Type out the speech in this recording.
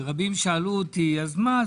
רבים שאלו אותי 'אז מה,